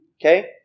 Okay